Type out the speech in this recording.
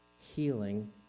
healing